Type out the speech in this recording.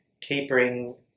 Keeping